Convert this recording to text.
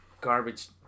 garbage